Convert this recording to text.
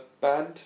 band